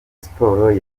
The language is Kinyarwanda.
sport